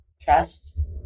trust